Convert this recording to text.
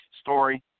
story